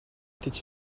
étaient